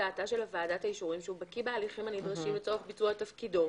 דעתה של ועדת האישורים שהוא בקיא בהליכים הנדרשים לצורך ביצוע תפקידו.